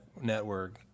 Network